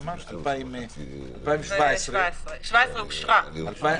אני מכירה מהבית אצלי אמא שלי היתה כלכלנית טובה יותר מאבא שלי,